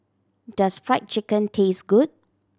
does Fried Chicken taste good